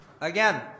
Again